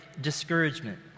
discouragement